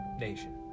nation